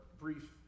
brief